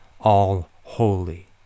all-holy